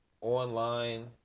online